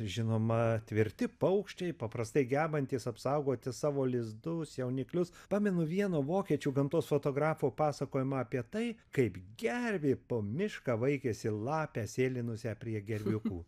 žinoma tvirti paukščiai paprastai gebantys apsaugoti savo lizdus jauniklius pamenu vieno vokiečių gamtos fotografo pasakojimą apie tai kaip gervė po mišką vaikėsi lapę sėlinusią prie gerviukų